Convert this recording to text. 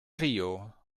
trio